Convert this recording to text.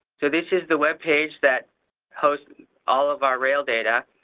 so this is the webpage that hosts all of our rail data.